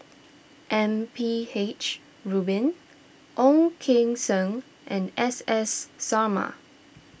M P H Rubin Ong Keng Sen and S S Sarma